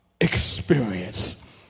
experience